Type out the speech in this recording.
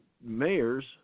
mayors